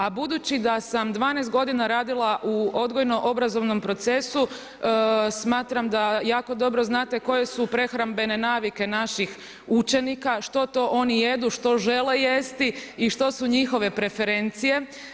A budući da sam 12 godina radila u odgojno-obrazovnom procesu smatram da jako dobro znate koje su prehrambene navike naših učenika, što to oni jedu, što žele jesti i što su njihove preferencije.